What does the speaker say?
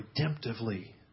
redemptively